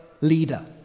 leader